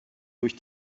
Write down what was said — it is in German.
durch